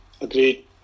Agreed